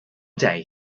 day